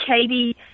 Katie